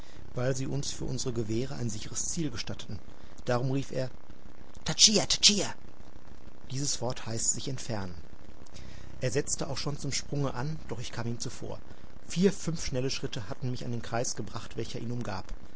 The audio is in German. weil sie uns für unsere gewehre ein sicheres zielen gestatteten darum rief er tatischa tatischa dieses wort heißt sich entfernen er setzte auch schon zum sprunge an doch ich kam ihm zuvor vier fünf schnelle schritte hatten mich an den kreis gebracht welcher ihn umgab